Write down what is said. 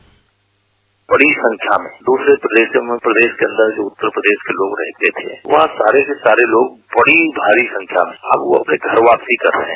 bite बड़ी संख्या में दूसरे प्रदेश के प्रदेश के अन्दर जो उत्तर प्रदेश के लोग रहते हैं वह सारे के सारे लोग बड़ी भारी संख्या में अब अपने घर वापस कर रहे हैं